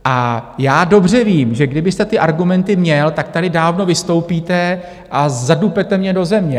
A já dobře vím, že, kdybyste ty argumenty měl, tak tady dávno vystoupíte a zadupete mě do země.